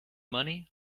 money